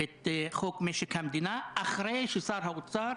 את חוק משק המדינה אחרי ששר האוצר